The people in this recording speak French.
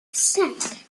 cinq